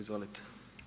Izvolite.